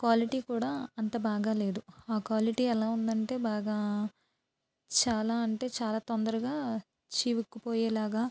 quality కూడా అంత బాగాలేదు క్వాలిటీ ఎలా ఉందంటే బాగా చాలా అంటే చాలా తొందరగా చివుక్కుపోయేలాగా